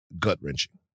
gut-wrenching